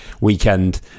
weekend